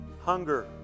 Hunger